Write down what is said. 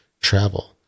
travel